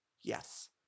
yes